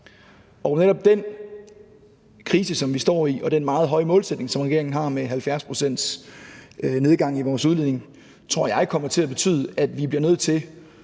den krise, som vi står i, og den meget høje målsætning, som regeringen har, med 70 pct.s nedgang i vores udledning tror jeg kommer til at betyde, at vi bliver nødt til